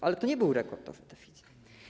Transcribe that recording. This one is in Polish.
Ale to nie był rekordowy deficyt.